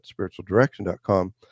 spiritualdirection.com